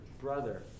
brother